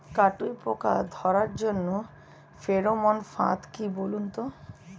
কাটুই পোকা ধরার জন্য ফেরোমন ফাদ কি বলুন তো?